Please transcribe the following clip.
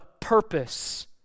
purpose